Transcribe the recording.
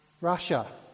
Russia